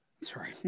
Sorry